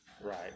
Right